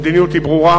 המדיניות ברורה,